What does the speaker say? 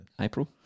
April